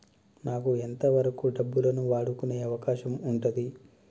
నాకు ఎంత వరకు డబ్బులను వాడుకునే అవకాశం ఉంటది?